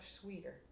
sweeter